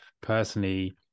personally